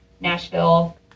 Nashville